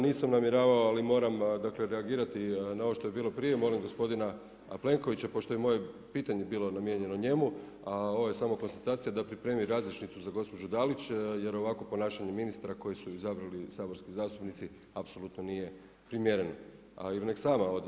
Nisam namjeravao ali moram reagirati na ovo što je bilo prije, molim gospodina Plenkovića pošto je moje pitanje bilo namijenjeno njemu, a ovo je samo konstatacija da pripremi … za gospođu Dalić jer ovako ponašanje ministra koje su izabrali saborski zastupnici apsolutno nije primjereno ili nek sama ode.